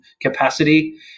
capacity